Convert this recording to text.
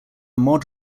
mod